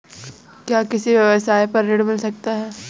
क्या किसी व्यवसाय पर ऋण मिल सकता है?